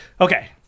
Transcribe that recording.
Okay